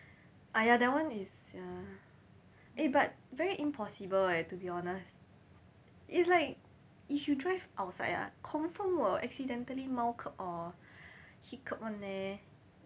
ah ya that one is ya eh but very impossible eh to be honest it's like if you drive outside ah confirm will accidentally mount curb or hit curb one eh